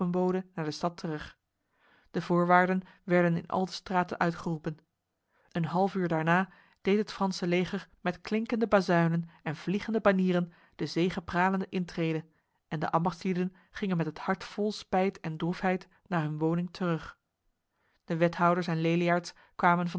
naar de stad terug de voorwaarden werden in al de straten uitgeroepen een halfuur daarna deed het franse leger met klinkende bazuinen en vliegende banieren de zegepralende intrede en de ambachtslieden gingen met het hart vol spijt en droefheid naar hun woning terug de wethouders en leliaards kwamen